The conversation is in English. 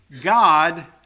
God